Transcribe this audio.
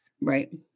Right